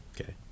okay